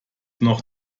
noch